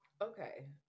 Okay